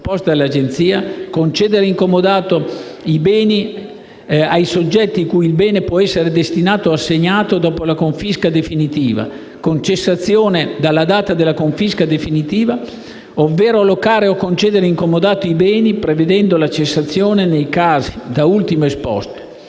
su proposta dell'agenzia, concedere in comodato i beni ai soggetti cui il bene può essere destinato o assegnato dopo la confisca definitiva, con cessazione alla data della confisca definitiva, ovvero locare o concedere in comodato i beni, prevedendo la cessazione nei casi da ultimo esposti